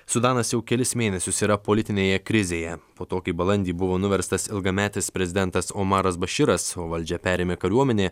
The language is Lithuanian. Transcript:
sudanas jau kelis mėnesius yra politinėje krizėje po to kai balandį buvo nuverstas ilgametis prezidentas omaras baširas o valdžią perėmė kariuomenė